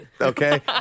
Okay